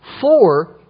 Four